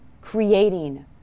creating